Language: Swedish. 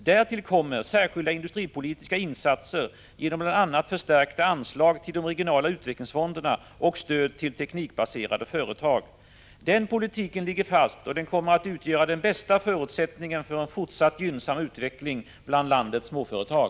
Därtill kommer särskilda industripolitiska insatser genom bl.a. förstärkta anslag till de regionala utvecklingsfonderna och stöd till teknikbaserade företag. Den politiken ligger fast, och den kommer att utgöra den bästa förutsättningen för en fortsatt gynnsam utveckling bland landets småföretag.